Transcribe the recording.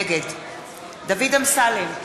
נגד דוד אמסלם,